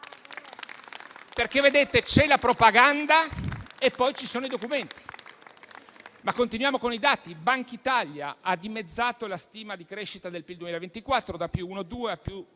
perché c'è la propaganda e poi ci sono i documenti. Continuando con i dati,